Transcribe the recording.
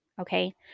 okay